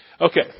Okay